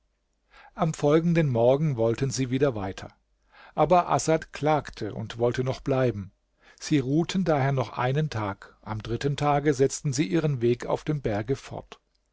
am folgenden morgen wollten sie wieder weiter aber asad klagte und wollte noch bleiben sie ruhten daher noch einen tag am dritten tage setzten sie ihren weg auf dem berge fort